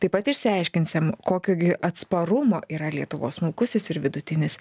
taip pat išsiaiškinsim kokio gi atsparumo yra lietuvos smulkusis ir vidutinis